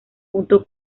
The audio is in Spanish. junto